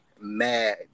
mad